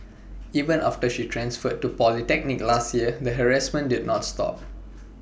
even after she transferred to polytechnic last year the harassment did not stop